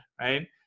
right